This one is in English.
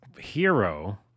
hero